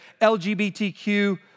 LGBTQ